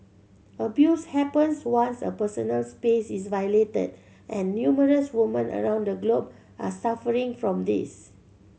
abuse happens once a personal space is violated and numerous women around the globe are suffering from this